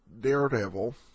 Daredevil